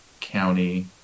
County